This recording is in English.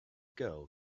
girl